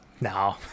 No